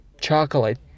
Chocolate